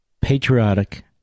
patriotic